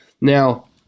Now